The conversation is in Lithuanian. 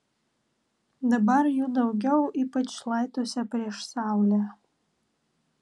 dabar jų daugiau ypač šlaituose prieš saulę